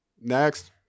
Next